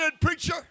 preacher